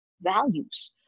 values